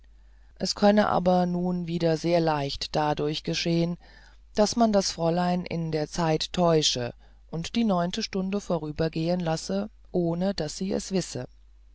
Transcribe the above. dies könne aber nun wieder sehr leicht dadurch geschehen daß man das fräulein in der zeit täusche und die neunte stunde vorübergehen lasse ohne daß sie es wisse